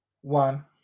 one